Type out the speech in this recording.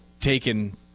taken